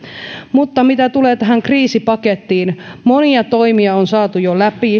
mutta mitä tulee tähän kriisipakettiin monia toimia on saatu jo läpi